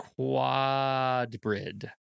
quadbrid